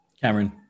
Cameron